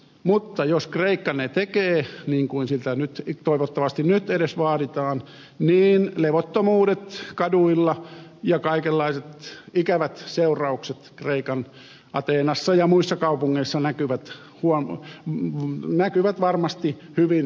mutta jos kreikka tekee niin kuin siltä toivottavasti nyt edes vaaditaan niin levottomuudet kaduilla ja kaikenlaiset ikävät seuraukset ateenassa ja muissa kreikan kaupungeissa näkyvät varmasti hyvin kriittisellä tavalla